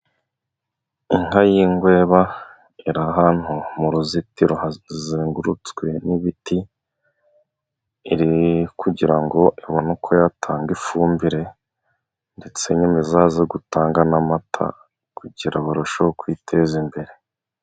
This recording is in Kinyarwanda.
Inka y'ingweba iri ahantu mu ruzitiro hazengurutswe n'ibiti. kugirango ibone uko yatanga ifumbire ndetse nyuma izaze gutanga amata kugira barusheho kwiteza imbere.